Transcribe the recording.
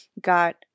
Got